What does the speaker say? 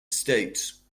states